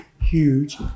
huge